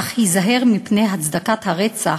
אך היזהר מפני הצדקת הרצח